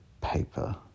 paper